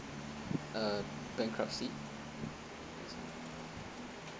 uh bankruptcy